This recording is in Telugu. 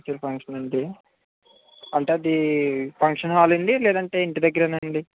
మెచూర్ ఫంక్షన్ ఆండీ అంటే అదీ ఫంక్షన్ హాల్ అండి లేదంటే ఇంటి దగ్గరేనా అండి